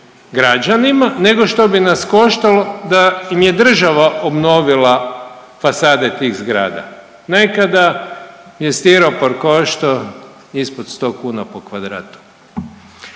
građanima, nego što bi nas koštalo da im je država obnovila fasade tih zgrada. Nekada je stiropor koštao ispod sto kuna po kvadratu.